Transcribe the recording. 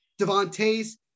Devontae's